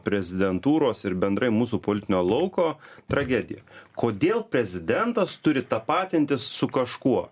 prezidentūros ir bendrai mūsų politinio lauko tragedija kodėl prezidentas turi tapatintis su kažkuo